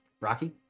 Rocky